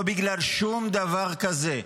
לא בגלל שום דבר כזה.